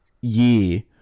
year